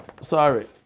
Sorry